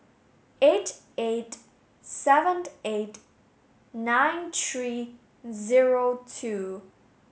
eight eight seven eight nine three zero two